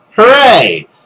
Hooray